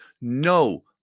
no